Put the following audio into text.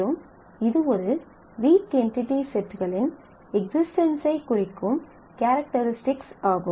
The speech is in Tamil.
மற்றும் இது ஒரு வீக் என்டிடி செட்களின் எக்ஸிஸ்டென்ஸ் ஐக் குறிக்கும் கேரக்டரிஸ்டிக்ஸ் ஆகும்